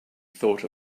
thought